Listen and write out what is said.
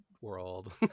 world